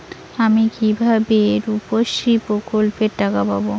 আমি কিভাবে রুপশ্রী প্রকল্পের টাকা পাবো?